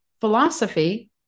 philosophy